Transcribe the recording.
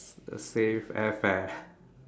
save air fare